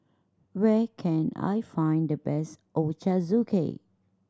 where can I find the best Ochazuke